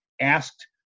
asked